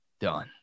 done